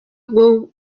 bwo